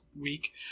week